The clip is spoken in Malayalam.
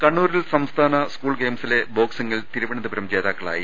കണ്ണൂരിൽ സംസ്ഥാന സ്കൂൾ ഗെയിംസിലെ ബോക്സിങ്ങിൽ തിരുവനന്തപുരം ജേതാക്കളായി